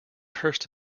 cursed